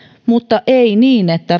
mutta ei niin että